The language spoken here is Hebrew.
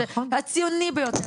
הציוני ביותר,